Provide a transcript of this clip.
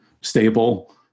stable